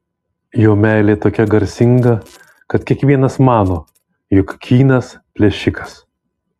jo meilė tokia garsinga kad kiekvienas mano jog kynas plėšikas